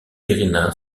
irina